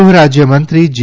ગૃહરાજ્ય મંત્રી જી